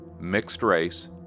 mixed-race